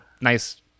nice